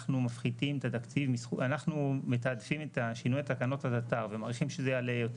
אנחנו מתעדפים את שינוי תקנות התט"ר ומעריכים שזה יעלה יותר,